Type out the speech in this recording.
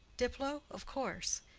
diplow? of course.